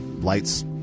Lights